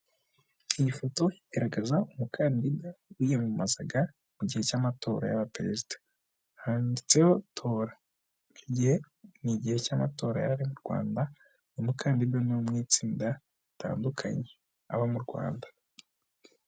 Iyi foto igaragaza umukandinda wiyamamazaga mugihe cy,amatora y,aba perezida handitseho tora nigihe cy,amatora yarari murwana uy, umukandida nuwo mutsinda ritandukanye aba mu rwanda.